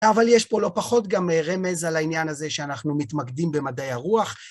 אבל יש פה לא פחות גם רמז על העניין הזה שאנחנו מתמקדים במדעי הרוח.